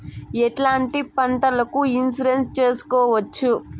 ఎట్లాంటి పంటలకు ఇన్సూరెన్సు చేసుకోవచ్చు?